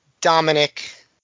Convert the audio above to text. Dominic